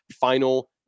final